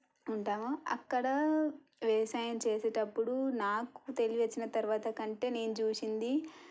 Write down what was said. ఉంటాం అక్కడ వ్యవసాయం చేసేటప్పుడు నాకు తెలిసిన తర్వాత కంటే నేను చూసింది